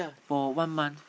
for one month